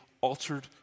altered